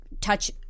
touch